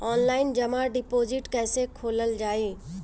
Online जमा deposit कैसे खोलल जाइ?